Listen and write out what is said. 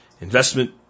investment